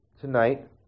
tonight